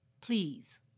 Please